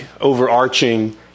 overarching